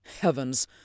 Heavens